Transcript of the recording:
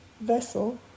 vessel